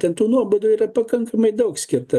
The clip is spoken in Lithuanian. ten tų nuobaudų yra pakankamai daug skirta